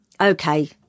Okay